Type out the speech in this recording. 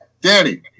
Danny